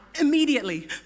immediately